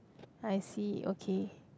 I see okay